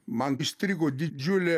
man įstrigo didžiulį